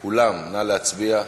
כולם, נא להצביע,